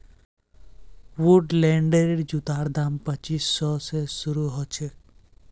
वुडलैंडेर जूतार दाम पच्चीस सौ स शुरू ह छेक